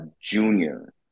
junior